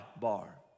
bar